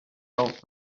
old